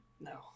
no